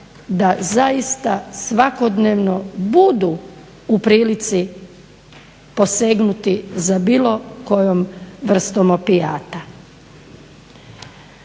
da zaista svakodnevno budu u prilici posegnuti za bilo kojom vrstom opijata.